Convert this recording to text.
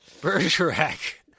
Bergerac